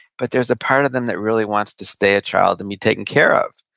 but there's a part of them that really wants to stay a child and be taken care of.